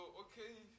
okay